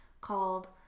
called